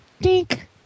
dink